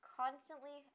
constantly